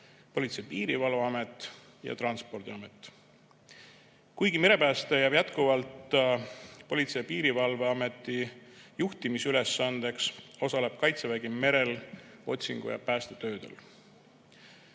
Politsei- ja Piirivalveametile ja Transpordiametile. Kuigi merepääste jääb jätkuvalt Politsei- ja Piirivalveameti juhtimisülesandeks, osaleb Kaitsevägi merel otsingu- ja päästetöödel.